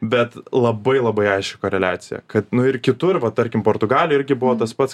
bet labai labai aiški koreliacija kad nu ir kitur va tarkim portugalijoj irgi buvo tas pats